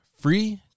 free